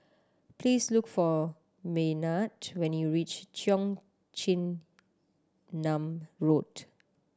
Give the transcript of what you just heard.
please look for Maynard when you reach Cheong Chin Nam Road